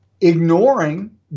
ignoring